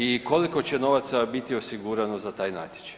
I koliko će novaca biti osigurano za taj natječaj?